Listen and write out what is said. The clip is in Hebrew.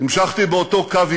המשכתי באותו קו עקבי.